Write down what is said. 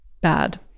bad